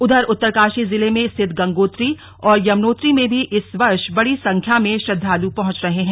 उधर उत्तरका ी जिले में स्थित गंगोत्री और यमुनोत्री में भी इस वर्ष बड़ी संख्या में श्रद्वाल पहंच रहे हैं